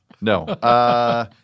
No